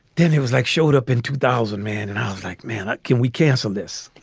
then he was like showed up in two thousand man and was like, man, can we cancel this.